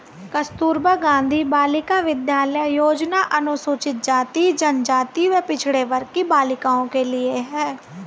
कस्तूरबा गांधी बालिका विद्यालय योजना अनुसूचित जाति, जनजाति व पिछड़े वर्ग की बालिकाओं के लिए है